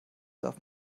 darf